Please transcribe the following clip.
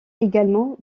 également